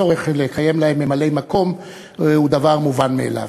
הצורך לקיים להם ממלאי-מקום הוא דבר מובן מאליו.